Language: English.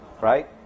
Right